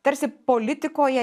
tarsi politikoje